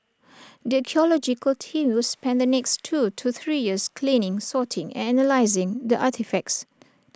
the archaeological team will spend the next two to three years cleaning sorting and analysing the artefacts